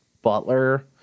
butler